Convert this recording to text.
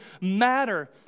matter